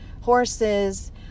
Horses